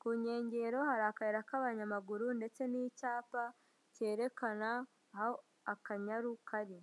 ku nkengero hari akayira k'abanyamaguru ndetse n'icyapa cyerekana aho Akanyaru kari.